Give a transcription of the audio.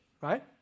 right